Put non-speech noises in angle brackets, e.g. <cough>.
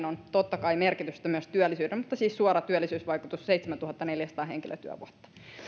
<unintelligible> on totta kai merkitystä myös työllisyydelle mutta siis suora työllisyysvaikutus on seitsemäntuhattaneljäsataa henkilötyövuotta